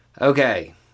Okay